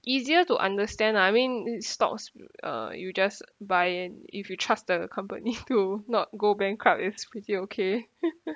easier to understand lah I mean stocks uh you just buy in if you trust the company to not go bankrupt it's pretty okay